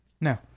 No